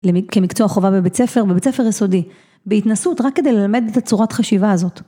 כמקצוע חובה בבית ספר בבית ספר יסודי בהתנסות רק כדי ללמד את הצורת חשיבה הזאת.